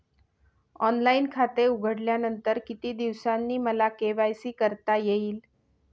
Online खाते उघडल्यानंतर किती दिवसांनी मला के.वाय.सी करता येईल?